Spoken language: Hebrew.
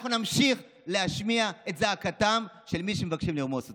אנחנו נמשיך להשמיע את זעקתם של מי שמבקשים לרמוס אותם.